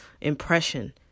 impression